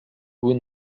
vous